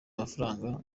amafaranga